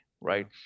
right